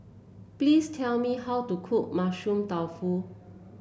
please tell me how to cook Mushroom Tofu